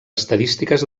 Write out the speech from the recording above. estadístiques